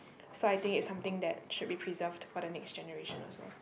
so I think it's something that should be preserved for the next generation also